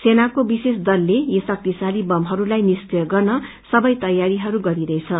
सेनाको विशेश दलले यी शक्तिशाली बमहस्लाई निस्क्रिय गर्न सबै तैयारीहरू गरिरहेछ